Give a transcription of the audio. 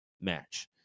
match